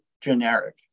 generic